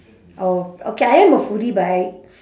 oh okay I am a foodie but I